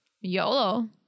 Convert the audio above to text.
YOLO